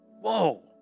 Whoa